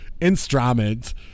instruments